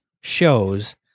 shows